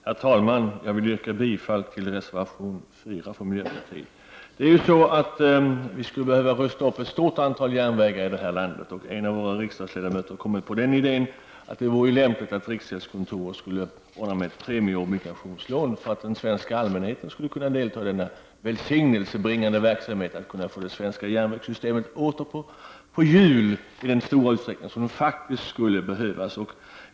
Herr talman! Jag börjar med att yrka bifall till reservation 4 från miljöpartiet. Ett stort antal järnvägar i vårt land skulle behöva rustas upp. En av våra riksdagsledamöter har kommit på idén att det kunde vara lämpligt att riksgäldskontoret ordnade med ett premieobligationslån. På det sättet skulle den svenska allmänheten kunna delta i den välsignelsebringande verksamheten med att åter i stor utsträckning få den svenska järnvägen på hjul, vilket faktiskt skulle behövas.